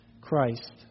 Christ